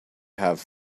have